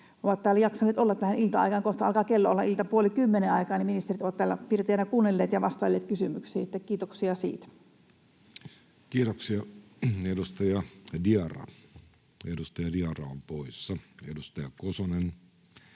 ovat täällä jaksaneet olla tähän ilta-aikaan. Kohta alkaa kello olla ilta puoli kymmenen aikaan, ja ministerit ovat täällä pirteinä kuunnelleet ja vastailleet kysymyksiin, että kiitoksia siitä. Kiitoksia. — Edustaja Diarra on poissa, edustaja Kosonen